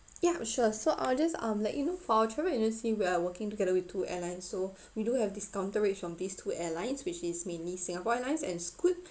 ya sure so I'll just um let you know for our travel agency we are working together with two airlines so we do have discounted rates from these two airlines which is mainly singapore airlines and Scoot